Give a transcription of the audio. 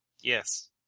Yes